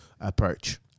approach